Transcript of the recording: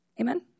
Amen